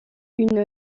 une